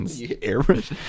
airbrush